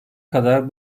kadar